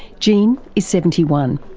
gene is seventy one.